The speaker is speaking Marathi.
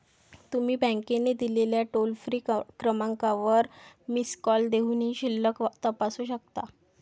तुम्ही बँकेने दिलेल्या टोल फ्री क्रमांकावर मिस कॉल देऊनही शिल्लक तपासू शकता